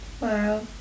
Wow